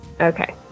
Okay